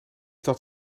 dat